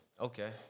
Okay